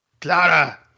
Clara